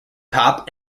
pop